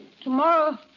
Tomorrow